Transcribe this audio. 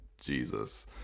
Jesus